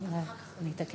אני יודעת, אני יודעת.